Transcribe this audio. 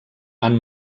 han